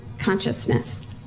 consciousness